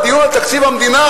הדיון הוא על תקציב המדינה,